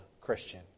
Christian